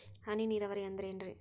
ಹನಿ ನೇರಾವರಿ ಅಂದ್ರೇನ್ರೇ?